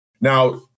Now